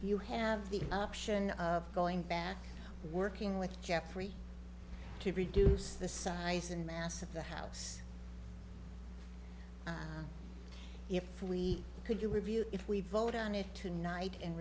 you have the option of going back working with jeffrey to reduce the size and mass of the house if we could you review if we vote on it tonight and